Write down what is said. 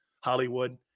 Hollywood